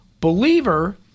Believer